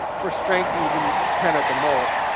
for strength even ten at the most.